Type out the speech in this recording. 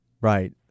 Right